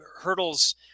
hurdles